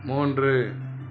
மூன்று